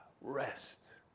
rest